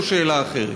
זו שאלה אחרת.